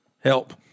help